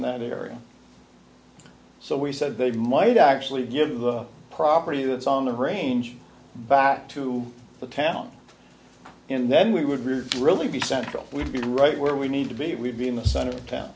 in that area so we said they might actually give the property that's on the range back to the town and then we would really really be central we'd be right where we need to be we'd be in the sun of t